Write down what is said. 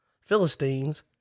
Philistines